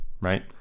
right